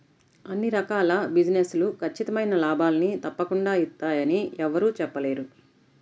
అన్ని రకాల బిజినెస్ లు ఖచ్చితమైన లాభాల్ని తప్పకుండా ఇత్తయ్యని యెవ్వరూ చెప్పలేరు